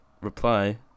reply